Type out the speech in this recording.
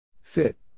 Fit